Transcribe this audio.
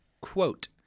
quote